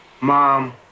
Mom